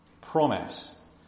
promise